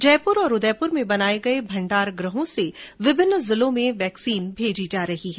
जयपुर और उदयपुर में बनाए गए भंडारगृहों से विभिन्न जिलों में वैक्सीन भेजी जा रही है